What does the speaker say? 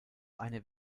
eine